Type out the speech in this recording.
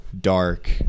dark